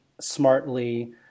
smartly